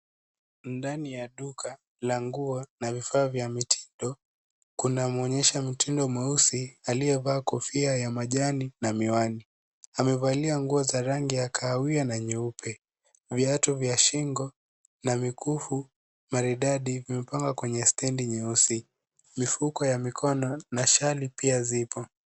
Ndani ya duka la nguo na vifaa vya mitindo. Kuna mwonyesha mitindo mweusi aliyevaa kofia ya kijani na miwani. Amevalia nguo za rangi ya kahawia na nyeupe. Vito vya shingo na mikufu maridadi vimepangwa kwenye stendi nyeusi. Mifuko ya mikono na shali pia ziko.